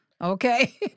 Okay